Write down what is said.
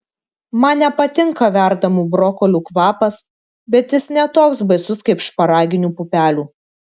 man nepatinka verdamų brokolių kvapas bet jis ne toks baisus kaip šparaginių pupelių